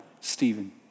Stephen